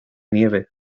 nieve